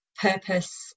purpose